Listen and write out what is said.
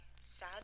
Sad